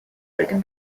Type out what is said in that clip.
written